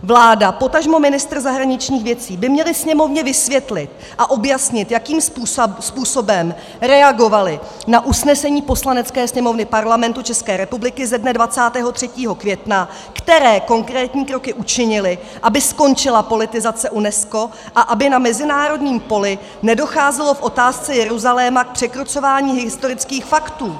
Vláda, potažmo ministr zahraničních věcí by měli Sněmovně vysvětlit a objasnit, jakým způsobem reagovali na usnesení Poslanecké sněmovny Parlamentu České republiky ze dne 23. května, které konkrétní kroky učinili, aby skončila politizace UNESCO a aby na mezinárodním poli nedocházelo v otázce Jeruzaléma k překrucování historických faktů.